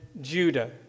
Judah